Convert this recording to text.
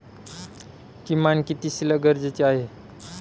किमान किती शिल्लक गरजेची आहे?